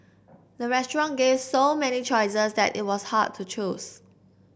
the restaurant gave so many choices that it was hard to choose